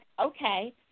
okay